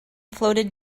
floated